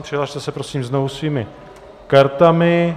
Přihlaste se prosím znovu svými kartami.